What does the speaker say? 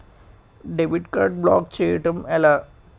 Debit card block చేయటం ఎలా?